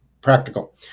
practical